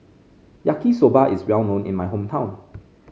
Yaki Soba is well known in my hometown